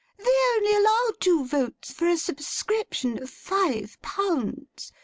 they only allow two votes for a subscription of five pounds.